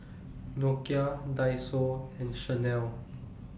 Nokia Daiso and Chanel